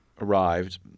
arrived